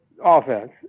offense